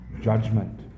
judgment